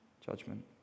Judgment